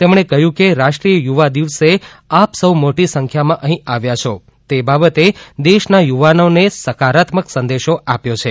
તેમણે કહ્યું કે રાષ્ટ્રીય યુવા દિવસે આપ સહ્ મોટી સંખ્યામાં અહીં આવ્યા છો તે બાબતે દેશના યુવાનોને સકારાત્મક સંદેશો આપ્યો છે